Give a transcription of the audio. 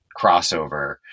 crossover